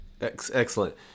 Excellent